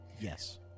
Yes